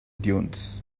dunes